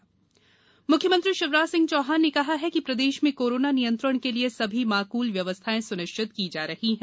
corona website म्ख्यमंत्री शिवराज सिंह चौहान ने कहा है कि प्रदेश में कोरोना नियंत्रण के लिये सभी माकुल व्यवस्थाएँ सुनिश्चित की जा रही हैं